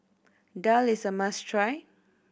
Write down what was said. daal is a must try